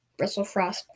Bristlefrost